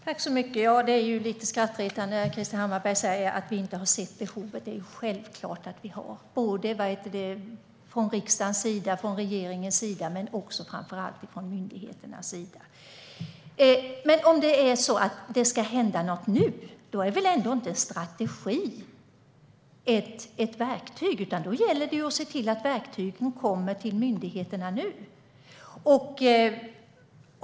Herr talman! Det är lite skrattretande när Krister Hammarbergh säger att vi inte har sett behovet. Det är självklart att regeringen, riksdagen och myndigheterna har sett behovet. Om det ska hända något nu är väl ändå inte en strategi ett verktyg. Då gäller det att se till att verktyg kommer till myndigheterna nu.